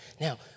Now